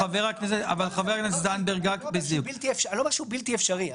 אני לא אומר שהוא בלתי אפשרי.